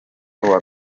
uwa